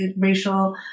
racial